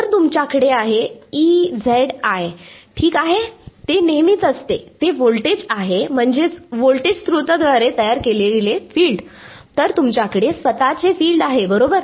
तर तुमच्याकडे आहे ठीक आहे ते नेहमीच असते ते व्होल्टेज आहे म्हणजे व्होल्टेज स्त्रोताद्वारे तयार केलेले फील्ड तर तुमच्याकडे स्वत चे फील्ड आहे बरोबर